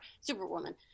Superwoman